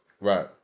Right